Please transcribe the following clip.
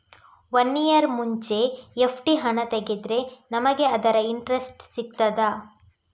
One year ಮುಂಚೆ FD ಹಣ ತೆಗೆದ್ರೆ ನಮಗೆ ಅದರ ಇಂಟ್ರೆಸ್ಟ್ ಸಿಗ್ತದ?